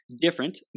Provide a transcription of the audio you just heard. different